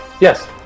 Yes